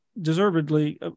deservedly